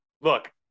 Look